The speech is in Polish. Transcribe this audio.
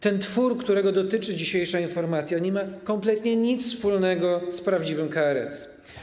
Ten twór, którego dotyczy dzisiejsza informacja, nie ma kompletnie nic wspólnego z prawdziwym KRS.